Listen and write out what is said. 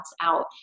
out